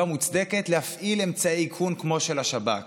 מוצדקת להפעיל אמצעי איכון כמו של השב"כ,